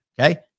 Okay